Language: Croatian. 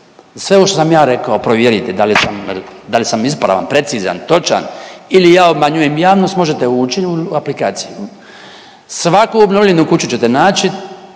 sve ovo što sam ja rekao provjerite da li sam, da li sam isprazan, precizan, točan ili ja obmanjujem javnost, možete ući u aplikaciju. Svaku obnovljenu kuću ćete naći